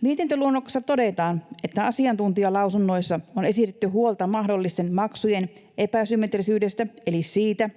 Mietintöluonnoksessa todetaan, että asiantuntijalausunnoissa on esitetty huolta mahdollisten maksujen epäsymmetrisyydestä eli siitä,